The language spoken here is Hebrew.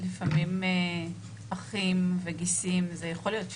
לפעמים אחים וגיסים זה יכול להיות שבט,